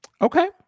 Okay